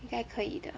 应该可以的